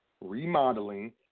remodeling